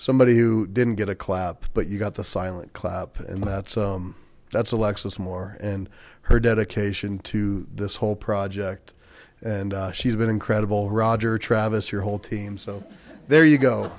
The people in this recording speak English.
somebody who didn't get a clap but you got the silent clap and that's um that's alexis moore and her dedication to this whole project and she's been incredible roger travis your whole team so there you go